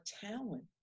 talent